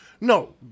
no